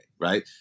right